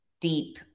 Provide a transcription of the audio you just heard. deep